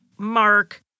Mark